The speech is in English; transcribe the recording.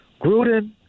Gruden